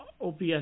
OPS